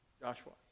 Joshua